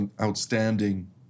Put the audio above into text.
outstanding